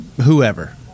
whoever